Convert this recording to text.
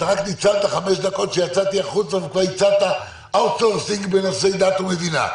ניצלת חמש דקות שיצאתי החוצה וכבר הצעת אאוטסורסינג בנושא דת ומדינה.